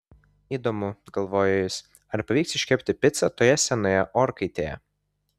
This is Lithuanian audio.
įdomu galvojo jis ar pavyks iškepti picą toje senoje orkaitėje